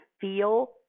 feel